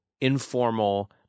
informal